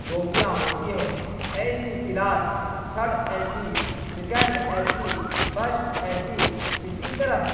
بوگیاں ہوتی ہے A C class third A C second A C first A C اسی طرح